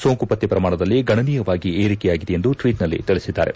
ಸೋಂಕು ಪತ್ತೆ ಪ್ರಮಾಣದಲ್ಲಿ ಗಣನೀಯವಾಗಿ ಏರಿಕೆಯಾಗಿದೆ ಎಂದು ಟ್ವೇಟ್ನಲ್ಲಿ ತಿಳಿಸಿದ್ದಾರೆ